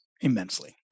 immensely